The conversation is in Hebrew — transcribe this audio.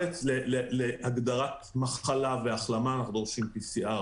בארץ להגדרת מחלה והחלמה אנחנו דורשים PCR,